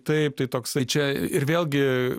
taip tai toksai čia ir vėlgi